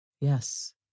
Yes